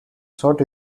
sought